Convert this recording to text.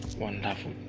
wonderful